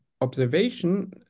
observation